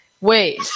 wait